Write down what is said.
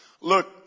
look